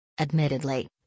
Admittedly